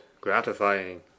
gratifying